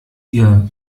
ihr